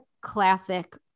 classic